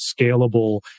scalable